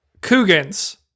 Coogan's